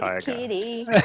kitty